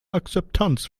akzeptanz